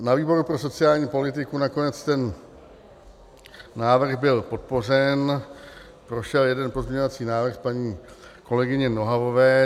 Na výboru pro sociální politiku nakonec ten návrh byl podpořen, prošel jeden pozměňovací návrh paní kolegyně Nohavové.